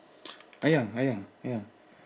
sayang sayang sayang